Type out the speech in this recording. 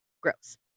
gross